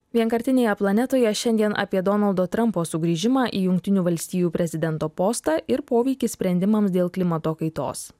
vienkartinėje planetoje šiandien apie donaldo trampo sugrįžimą į jungtinių valstijų prezidento postą ir poveikį sprendimams dėl klimato kaitos